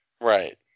Right